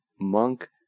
monk